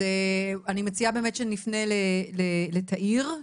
אז אני מציעה שנפנה באמת לתאיר,